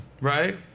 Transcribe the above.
Right